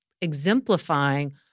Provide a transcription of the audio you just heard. exemplifying